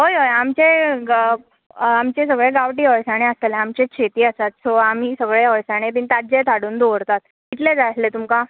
हय हय आमचे आमचे सगळे गावटी अळसाणे आसतलें आमचे शेती आसात सो आमी सगळे अळसाणे बी ताजेच हाडून दवरतात कितले जाय आसलें तुमकां